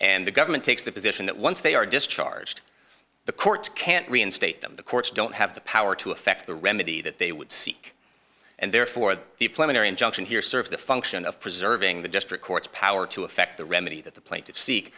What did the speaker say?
and the government takes the position that once they are discharged the courts can't reinstate them the courts don't have the power to affect the remedy that they would seek and therefore the plenary injunction here serve the function of preserving the district court's power to effect the remedy that the pla